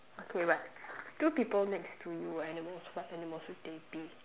okay but two people next to you were animals what animals would they be